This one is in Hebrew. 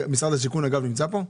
משרד השיכון אגב נמצא פה?